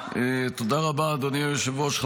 רבה, אדוני היושב-ראש.